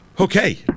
Okay